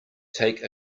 take